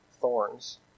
thorns